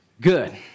Good